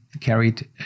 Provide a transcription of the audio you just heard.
carried